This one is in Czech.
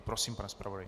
Prosím, pane zpravodaji.